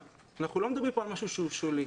אנחנו לא מדברים כאן על משהו שהוא שולי.